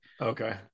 Okay